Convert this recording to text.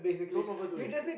don't overdo it